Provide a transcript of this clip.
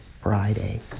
Friday